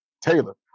Taylor